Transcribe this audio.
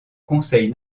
conseil